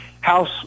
House